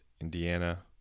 Indiana